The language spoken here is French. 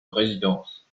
résidence